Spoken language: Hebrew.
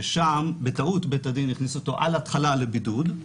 שם בטעות בית הדין הכניס אותו בהתחלה לבידוד.